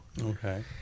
Okay